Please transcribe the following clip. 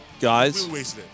Guys